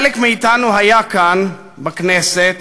חלק מאתנו היו כאן בכנסת